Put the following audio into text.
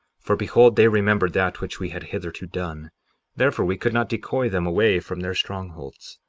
for behold, they remembered that which we had hitherto done therefore we could not decoy them away from their strongholds.